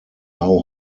now